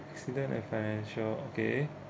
accident and financial okay